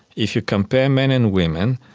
if you compare men and women,